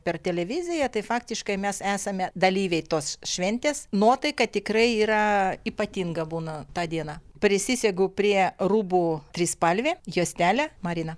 per televiziją tai faktiškai mes esame dalyviai tos šventės nuotaika tikrai yra ypatinga būna tą dieną prisisegu prie rūbų trispalvę juostelę marina